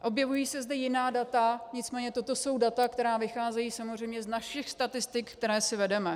Objevují se zde jiná data, nicméně toto jsou data, která vycházejí samozřejmě z našich statistik, které si vedeme.